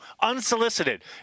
unsolicited